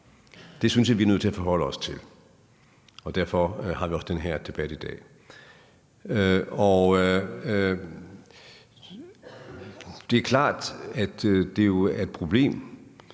Det synes jeg vi er nødt til at forholde os til, og derfor har vi også den her debat i dag. Det er klart, at det er et problem